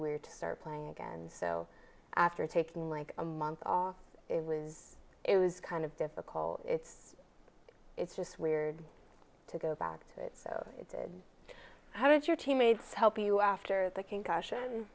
weird to start playing again so after taking like a month off it was it was kind of difficult it's it's just weird to go back to that so i did how did your teammates help you after the concussion